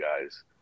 guys